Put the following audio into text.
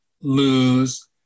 lose